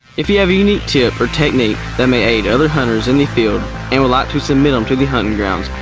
if you have a unique tip or technique that may aid other hunters in the field and would like to submit them to the huntin' grounds,